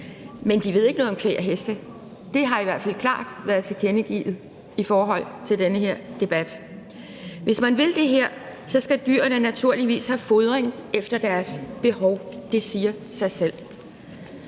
Men de ved ikke noget om kvæg og heste. Det har i hvert fald klart været tilkendegivet i forhold til den her debat. Hvis man vil det her, skal dyrene naturligvis have fodring efter deres behov. Det siger sig selv.